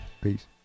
Peace